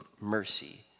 mercy